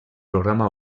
programa